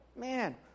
Man